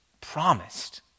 promised